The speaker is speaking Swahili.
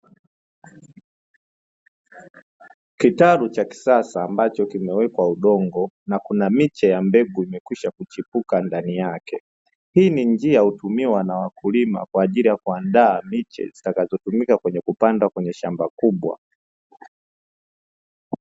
Kitalu cha kisasa ambacho kimewekwamiche na kina mbegu iliyokwisha kuchipuka ndani yake. Hii ni njia inayotumiwa na wakulima kwa ajili ya kuandaa miche itakayotumika kupanda kwenye shamba kubwa.